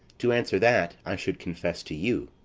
to answer that, i should confess to you.